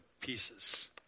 pieces